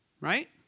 right